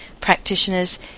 practitioners